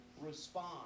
respond